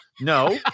no